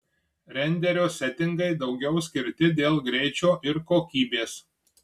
renderio setingai daugiau skirti dėl greičio ir kokybės